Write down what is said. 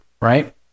right